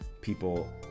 people